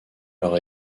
leur